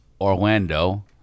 orlando